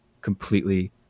completely